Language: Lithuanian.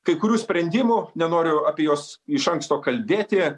kai kurių sprendimų nenoriu apie juos iš anksto kalbėti